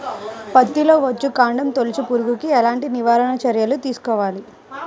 పత్తిలో వచ్చుకాండం తొలుచు పురుగుకి ఎలాంటి నివారణ చర్యలు తీసుకోవాలి?